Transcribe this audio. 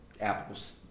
apples